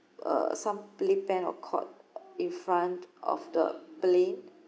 uh some playpen or cot in front of the plane